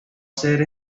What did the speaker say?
ser